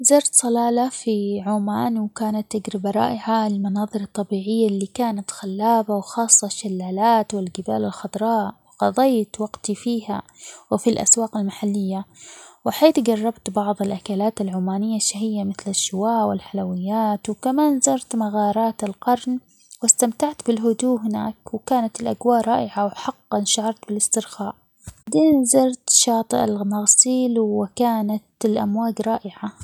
زرت صلالة في عمان وكانت تجربة رائعة ، المناظر الطبيعية اللي كانت خلابة وخاصة الشلالات ،والجبال الخضراء ،وقظيت وقتي فيها ،وفي الأسواق المحلية ،وحين جربت بعض الأكلات العمانية الشهية، مثل: الشواء ،والحلويات وكمان زرت مغارات القرن ،واستمتعت بالهدوء هناك، وكانت الأجواء رائعة ،وحقًا شعرت بالاسترخاء ،وبعدين زرت شاطئ الغناصيل وكانت الأمواج رائعة.